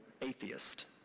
atheist